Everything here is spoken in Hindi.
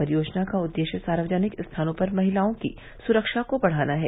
परियोजना का उददेश्य सार्वजनिक स्थानों पर महिलाओं की सुरक्षा को बढ़ाना है